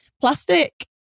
plastic